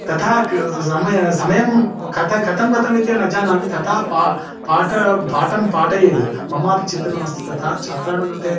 तथा समयं समयं कथं कथं गतम् इत्येव न जानामि तथा प पाठं पाठं पाठयेद् ममापि चिन्तनम् अस्ति तथा छात्राणां कृते